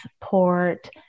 support